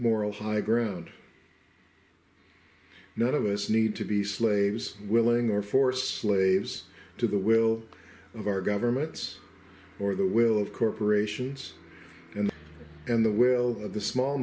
moral high ground none of us need to be slaves willing or force lives to the will of our governments or the will of corporations and and the will of the small